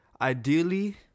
ideally